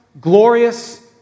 glorious